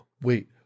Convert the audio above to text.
Wait